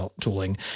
tooling